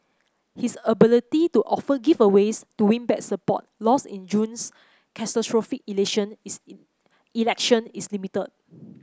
his ability to offer giveaways to win back support lost in June's catastrophic election is limited